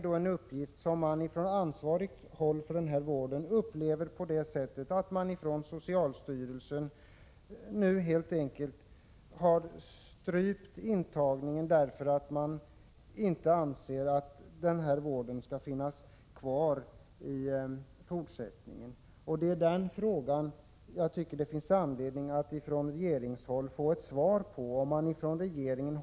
Detta upplever man från ansvarigt håll inom vården som om socialstyrelsen helt enkelt har strypt intagningen därför att socialstyrelsen inte anser att den här vården skall finnas kvar i fortsättningen. Jag tycker att det finns anledning att vi får ett svar på den här frågan från regeringen.